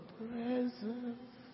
presence